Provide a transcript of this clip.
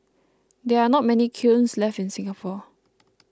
there are not many kilns left in Singapore